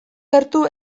gertu